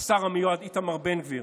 השר המיועד איתמר בן גביר.